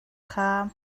kha